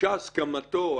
דרושה הסכמתו,